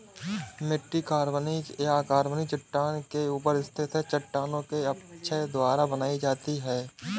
मिट्टी कार्बनिक या अकार्बनिक चट्टान के ऊपर स्थित है चट्टानों के अपक्षय द्वारा बनाई जाती है